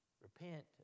Repent